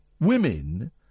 women